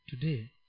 today